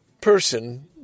person